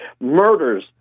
murders